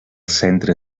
centre